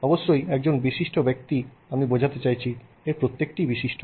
অবশ্যই একজন বিশিষ্ট ব্যক্তি আমি বোঝাতে চাইছি এর প্রত্যেকটিই বিশিষ্ট